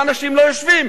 ואנשים לא יושבים.